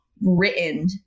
written